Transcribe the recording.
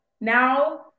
Now